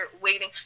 waiting